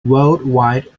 worldwide